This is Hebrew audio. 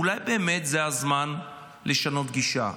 אולי באמת זה הזמן לשנות גישה?